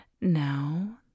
Now